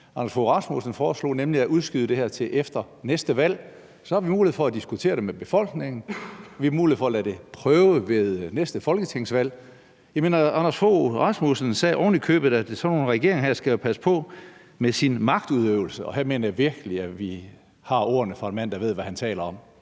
Anders Fogh Rasmussen, kom med, nemlig at udskyde det her til efter næste valg? Så har vi mulighed for at diskutere det med befolkningen – vi har mulighed for at lade det stå sin prøve ved næste folketingsvalg. Jeg mener: Anders Fogh Rasmussen sagde ovenikøbet, at sådan nogle regeringer her skal jo passe på med deres magtudøvelse. Og her mener jeg virkelig, at vi har ordene fra en mand, der ved, hvad han taler om.